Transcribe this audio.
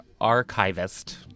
archivist